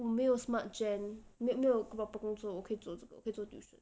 我没有 Smartgen 我没有 proper 工作我可以做这个我可以做 tuition